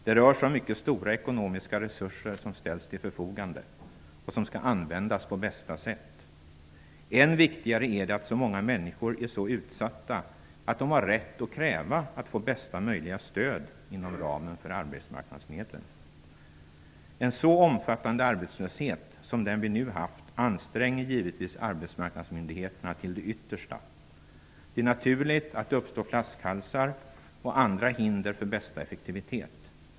Det rör sig om mycket stora ekonomiska resurser som ställs till förfogande och som skall användas på bästa sätt. Än viktigare är att de många människor som är utsatta har rätt att kräva att få bästa möjliga stöd inom ramen för arbetsmarknadsmedlen. En så omfattande arbetslöshet som den vi nu haft anstränger givetvis arbetsmarknadsmyndigheterna till det yttersta. Det är naturligt att det uppstår flaskhalsar och andra hinder för bästa effektivitet.